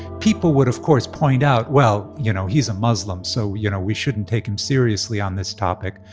people would, of course, point out, well, you know, he's a muslim, so, you know, we shouldn't take him seriously on this topic.